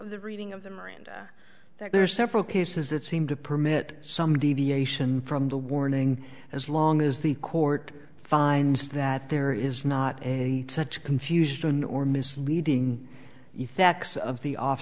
the reading of the miranda that there are several cases that seem to permit some deviation from the warning as long as the court finds that there is not and such confusion or misleading effects of the off